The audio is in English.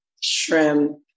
shrimp